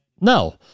No